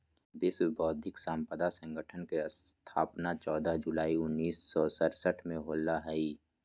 विश्व बौद्धिक संपदा संगठन के स्थापना चौदह जुलाई उननिस सो सरसठ में होलय हइ